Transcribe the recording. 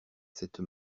cette